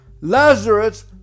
Lazarus